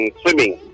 swimming